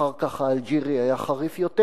אחר כך האלג'ירי היה חריף יותר.